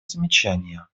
замечание